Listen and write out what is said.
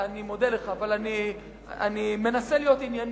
אני מודה לך, אני מנסה להיות ענייני.